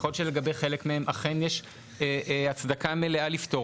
יכול להיות שלגבי חלק מהם אכן יש הצדקה מלאה לפטור